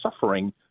suffering